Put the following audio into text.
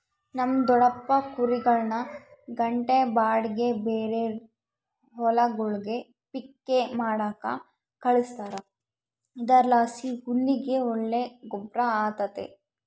ನಮ್ ದೊಡಪ್ಪ ಕುರಿಗುಳ್ನ ಗಂಟೆ ಬಾಡಿಗ್ಗೆ ಬೇರೇರ್ ಹೊಲಗುಳ್ಗೆ ಪಿಕ್ಕೆ ಮಾಡಾಕ ಕಳಿಸ್ತಾರ ಇದರ್ಲಾಸಿ ಹುಲ್ಲಿಗೆ ಒಳ್ಳೆ ಗೊಬ್ರ ಆತತೆ